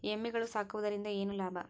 ಎಮ್ಮಿಗಳು ಸಾಕುವುದರಿಂದ ಏನು ಲಾಭ?